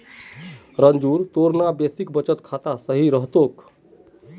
रंजूर तोर ना बेसिक बचत खाता सही रह तोक